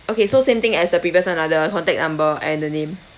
okay so same thing as the previous [one] ah the contact number and the name